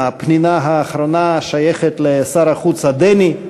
ה"פנינה" האחרונה שייכת לשר החוץ הדני,